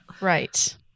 Right